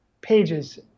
pages